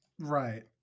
right